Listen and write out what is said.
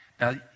Now